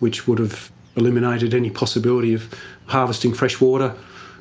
which would have eliminated any possibility of harvesting fresh water